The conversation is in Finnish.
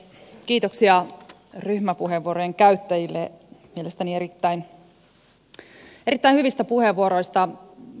kiitoksia ryhmäpuheenvuorojen käyttäjille mielestäni erittäin hyvistä puheenvuoroista